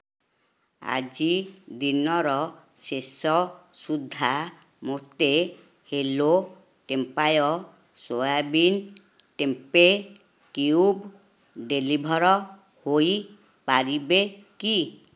ଆଜି ଦିନର ଶେଷ ସୁଦ୍ଧା ମୋତେ hello tempeh soybean tempeh cube deliver ହୋଇପାରିବ କି